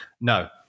No